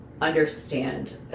understand